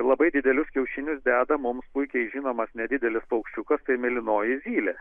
labai didelius kiaušinius deda mums puikiai žinomas nedidelis paukščiukas mėlynoji zylė